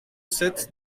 sept